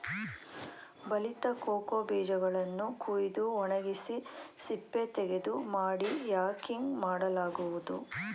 ಬಲಿತ ಕೋಕೋ ಬೀಜಗಳನ್ನು ಕುಯ್ದು ಒಣಗಿಸಿ ಸಿಪ್ಪೆತೆಗೆದು ಮಾಡಿ ಯಾಕಿಂಗ್ ಮಾಡಲಾಗುವುದು